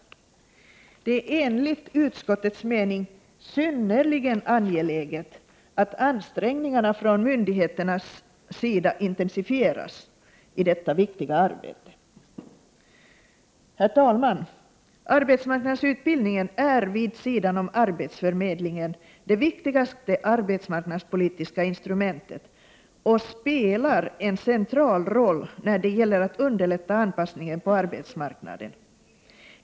Det är enligt utskottets mening synnerligen angeläget att ansträngningarna från myndigheternas sida intensifieras i detta viktiga arbete. Herr talman! Arbetsmarknadsutbildningen är vid sidan om arbetsförmedlingen det viktigaste arbetsmarknadspolitiska instrumentet, och den spelar en central roll när det gäller att underlätta anpassningen på arbetsmarknaden.